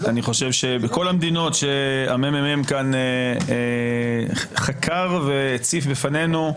אני חושב שבכל המדינות שהממ"מ כאן חקר והציף בפנינו,